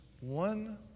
one